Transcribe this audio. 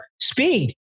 speed